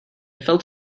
felt